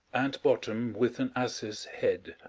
and bottom with an ass's head